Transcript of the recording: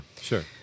sure